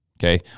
Okay